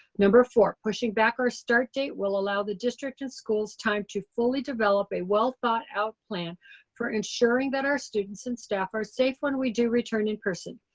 number four. pushing back our start date will allow the district and schools time to fully develop a well thought out plan for ensuring that our students and staff are safe when we do return in person.